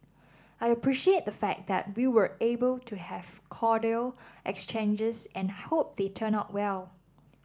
I appreciate the fact that we were able to have cordial exchanges and I hope they turn out well